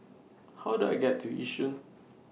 How Do I get to Yishun